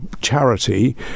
Charity